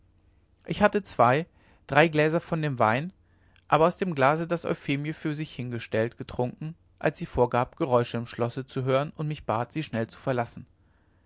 ich hatte zwei drei gläser von dem wein aber aus dem glase das euphemie für sich hingestellt getrunken als sie vorgab geräusch im schlosse zu hören und mich bat sie schnell zu verlassen